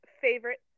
favorite